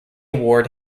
award